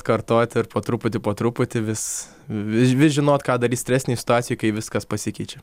kartot ir po truputį po truputį vis vis žinot ką daryt stresinėj situacijoj kai viskas pasikeičia